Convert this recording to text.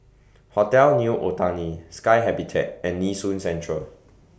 Hotel New Otani Sky Habitat and Nee Soon Central